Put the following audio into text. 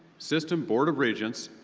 system board of regents,